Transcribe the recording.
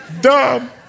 Dumb